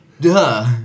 duh